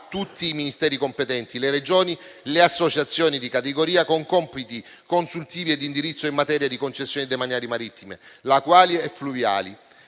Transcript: tutti i Ministeri competenti, le Regioni e le associazioni di categoria, con compiti consuntivi e di indirizzo in materia di concessioni demaniali marittime, lacuali e fluviali.